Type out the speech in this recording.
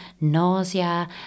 nausea